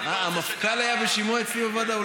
המפכ"ל היה בשימוע אצלי בוועדה?